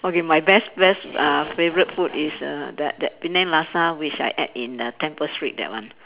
okay my best best uh favourite food is err that that Penang laksa which I ate in err Temple Street that one